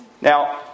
Now